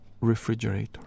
refrigerator